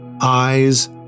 Eyes